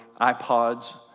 iPods